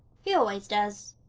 he always does.